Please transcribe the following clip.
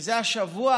זה השבוע